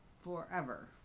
Forever